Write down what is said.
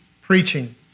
preaching